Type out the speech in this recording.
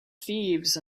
thieves